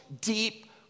deep